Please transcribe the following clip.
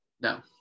No